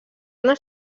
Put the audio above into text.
una